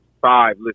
five